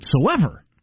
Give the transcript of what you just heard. whatsoever